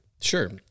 Sure